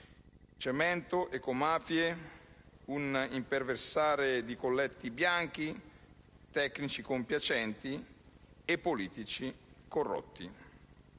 Cemento, ecomafie, un imperversare di colletti bianchi, di tecnici compiacenti e di politici corrotti: